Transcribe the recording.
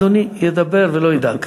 אדוני ידבר ולא ידאג.